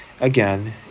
again